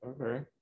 Okay